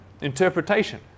interpretation